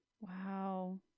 Wow